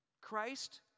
Christ